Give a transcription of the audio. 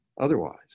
otherwise